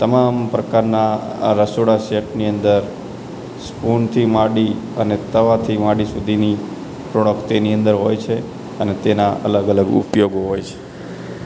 તમામ પ્રકારના અ રસોડા સેટની અંદર સ્પૂનથી માંડી અને તવાથી માંડી સુધીની પ્રોડક્ટ તેની અંદર હોય છે અને તેના અલગ અલગ ઉપયોગો હોય છે